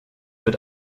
wird